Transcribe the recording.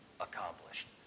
accomplished